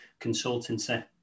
consultancy